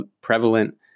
prevalent